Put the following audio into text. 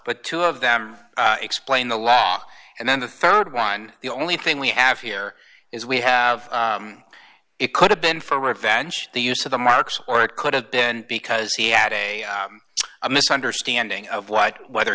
but two of them explain the law and then the rd one the only thing we have here is we have it could have been for revenge the use of the marks or it could have been because he had a misunderstanding of what whether